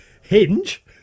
Hinge